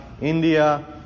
India